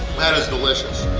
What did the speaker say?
that is delicious!